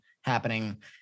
happening